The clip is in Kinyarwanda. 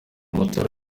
amatora